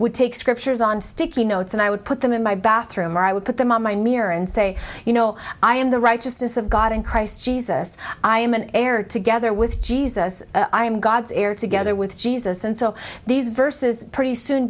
would take scriptures on sticky notes and i would put them in my bathroom or i would put them on my mirror and say you know i am the righteousness of god in christ jesus i am an heir together with jesus i am god's heir together with jesus and so these verses pretty soon